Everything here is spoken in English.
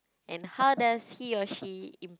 and how does he or she in~